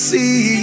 see